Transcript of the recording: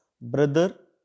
Brother